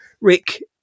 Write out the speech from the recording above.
Rick